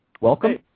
welcome